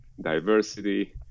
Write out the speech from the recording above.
diversity